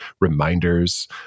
reminders